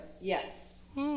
yes